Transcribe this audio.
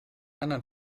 anderen